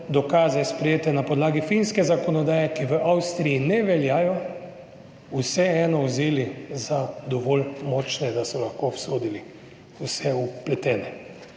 dokaze, sprejete na podlagi finske zakonodaje, ki v Avstriji ne veljajo, vseeno vzeli za dovolj močne, da so lahko obsodili vse vpletene.